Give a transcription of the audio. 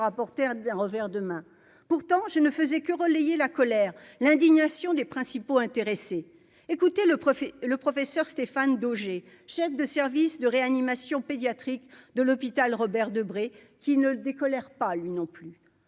reporter d'un revers de main, pourtant je ne faisais que relayer la colère, l'indignation des principaux intéressés, écoutez le préfet, le professeur Stéphane Dauger, chef de service de réanimation pédiatrique de l'hôpital Robert Debré qui ne décolère pas, lui non plus,